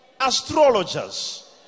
Astrologers